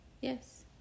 Yes